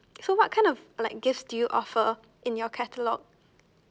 so what kind of like gift do you offer in your catalogue